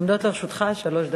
עומדות לרשותך שלוש דקות.